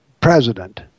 President